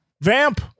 VAMP